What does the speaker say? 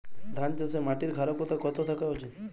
ধান চাষে মাটির ক্ষারকতা কত থাকা উচিৎ?